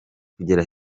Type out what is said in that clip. kugera